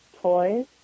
Toys